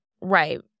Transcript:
right